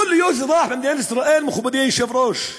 יכול להיות שאזרח במדינת ישראל, מכובדי היושב-ראש,